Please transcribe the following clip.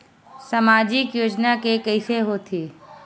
सामाजिक योजना के कइसे होथे?